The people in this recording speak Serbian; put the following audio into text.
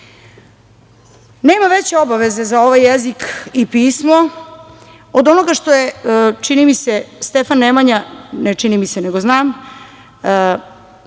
veće obaveze za ovaj jezik i pismo od onoga što je, čini mi se, Stefan Nemanja, ne čini mi se, nego znam,